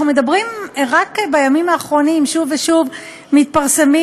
רק בימים האחרונים שוב ושוב מתפרסמים